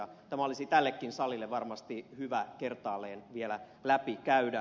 tämä olisi tällekin salille varmasti hyvä kertaalleen vielä läpikäydä